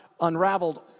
unraveled